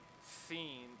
scene